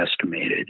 estimated